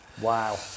Wow